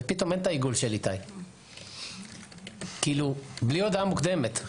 ופתאום אין את העיגול של איתי - כאילו בלי הודעה מוקדמת.